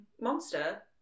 monster